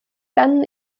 dann